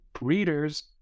readers